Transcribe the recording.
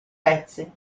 pezzi